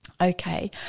okay